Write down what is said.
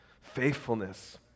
faithfulness